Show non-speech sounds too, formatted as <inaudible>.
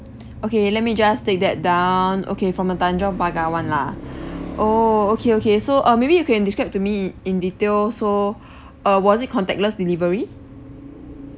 okay let me just take that down okay from the tanjong pagar [one] lah <breath> oh okay okay so uh maybe you can describe to me in detail so uh was it contactless delivery